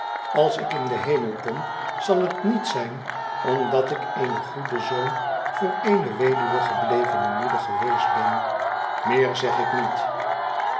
als ik in den hemel kom zal het niet zijn omdat ik een goede zoon voor eene weduwe geblevene moeder geweest ben meer zeg ik niet